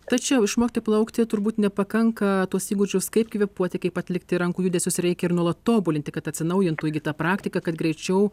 tačiau išmokti plaukti turbūt nepakanka tuos įgūdžius kaip kvėpuoti kaip atlikti rankų judesius reikia ir nuolat tobulinti kad atsinaujintų įgyta praktika kad greičiau